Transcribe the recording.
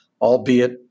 albeit